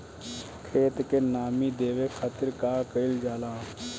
खेत के नामी देवे खातिर का कइल जाला?